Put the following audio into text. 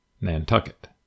Nantucket